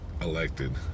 elected